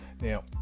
Now